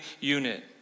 unit